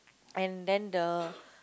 and then the